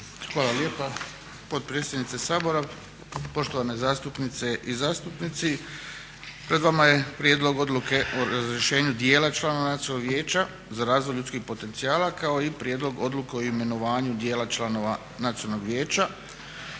Hvala lijepa potpredsjednice Sabora. Poštovane zastupnice i zastupnici, pred vama je Prijedlog odluke o razrješenju dijela članova Nacionalnog vijeća za razvoj ljudskih potencijala kao i Prijedlog odluke o imenovanju dijela članova Nacionalnog vijeća.